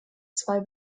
zwei